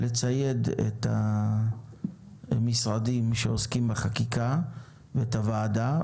לצייד את המשרדים שעוסקים בחקיקה ואת הוועדה.